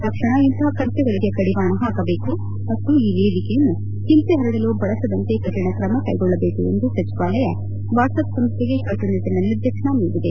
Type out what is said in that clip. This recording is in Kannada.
ತಕ್ಷಣ ಇಂತಹ ಕೃತ್ಲಗಳಿಗೆ ಕಡಿವಾಣ ಹಾಕಬೇಕು ಮತ್ತು ಈ ವೇದಿಕೆಯನ್ನು ಹಿಂಸೆ ಪರಡಲು ಬಳಸದಂತೆ ಕಠಣ ಕ್ರಮ ಕೈಗೊಳ್ಳಬೇಕು ಎಂದು ಸಚಿವಾಲಯ ವಾಟ್ಲಪ್ ಸಂಸ್ಥೆಗೆ ಕಟ್ಟುನಿಟ್ಟನ ನಿರ್ದೇಶನ ನೀಡಿದೆ